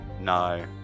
No